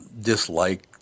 dislike